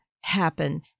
happen